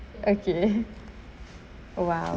okay !wow!